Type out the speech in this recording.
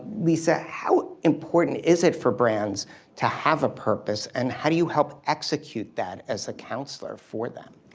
lisa, how important is it for brands to have a purpose and how do you help execute that as a counselor for them?